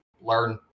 learn